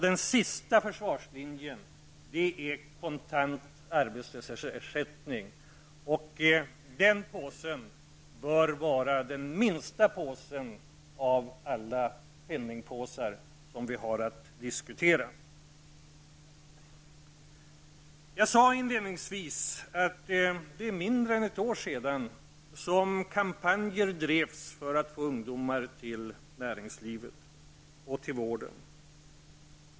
Den sista försvarslinjen utgörs av kontant arbetslöshetsersättning. Den påsen bör vara den minsta påsen av alla de penningpåsar som vi har att diskutera. Jag sade inledningsvis att för mindre än ett år sedan drevs kampanjer för att få ungdomar till näringslivet och till vården.